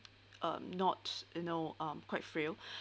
um not you know um quite frail